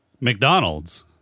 McDonald's